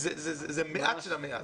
פה זה המעט שבמעט.